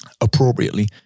Appropriately